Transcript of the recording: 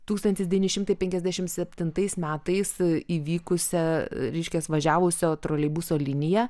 tūkstantis devyni šimtai penkiasdešimt septintais metais įvykusią reiškias važiavusio troleibuso linija